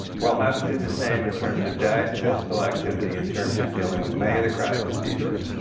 we'll have to do the same in terms of diet, physical activity, in terms of dealing with many of the chronic diseases,